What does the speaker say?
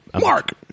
Mark